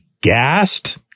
gassed